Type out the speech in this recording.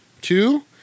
two